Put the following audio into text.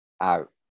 out